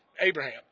Abraham